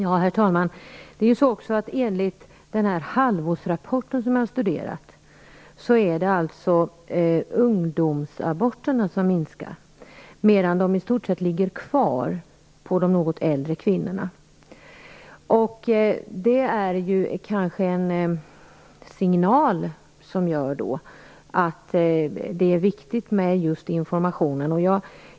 Herr talman! Enligt den halvårsrapport som har studerats är det ungdomsaborterna som minskar, medan abortfrekvensen i stort sett är oförändrad för de något äldre kvinnorna. Det ger kanske en signal om att det är viktigt just med informationen.